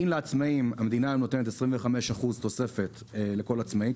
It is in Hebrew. אם לעצמאים המדינה נותנת 25 אחוזים תוספת לכל עצמאי,